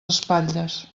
espatlles